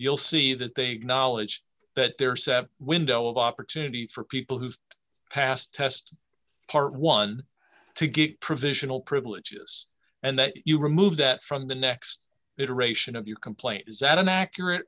you'll see that they knowledge that there are seven window of opportunity for people who pass test part one to get provisional privileges and then you remove that from the next iteration of your complaint is that an accurate